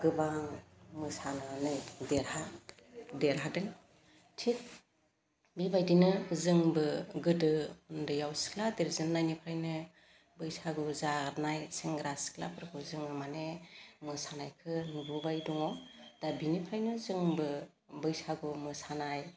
गोबां मोसानानै देरहा देरहादों थिग बेबायदिनो जोंबो गोदो उन्दैआव सिख्ला देरजेननायनिफ्रायनो बैसागु जानाय सेंग्रा सिख्लाफोरखौ जोङो माने मोसानायखो नुबोबाय दङ दा बिनिफ्रायनो जोबो बैसागु मोसानाय